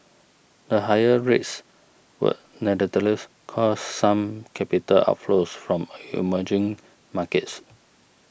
the higher rates would nonetheless cause some capital outflows from emerging markets